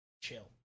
chill